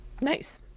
Nice